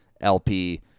LP